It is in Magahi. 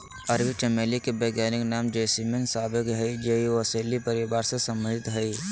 अरबी चमेली के वैज्ञानिक नाम जैस्मीनम सांबैक हइ जे ओलेसी परिवार से संबंधित हइ